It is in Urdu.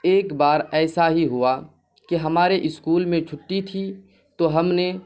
ایک بار ایسا ہی ہوا کہ ہمارے اسکول میں چھٹی تھی تو ہم نے